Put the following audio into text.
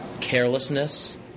carelessness